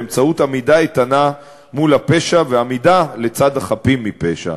בעמידה איתנה מול הפשע ועמידה לצד החפים מפשע.